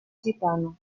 gitano